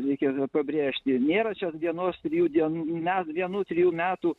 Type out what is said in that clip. reikėtų pabrėžti nėra šios dienos trijų dienų nes vienų trejų metų